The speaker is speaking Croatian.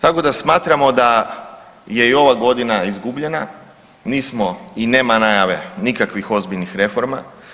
Tako da smatramo da je i ova godina izgubljena, nismo i nema najave nikakvih ozbiljnih reforma.